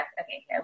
okay